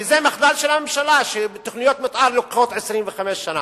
וזה מחדל של הממשלה שתוכניות מיתאר לוקחות 25 שנה.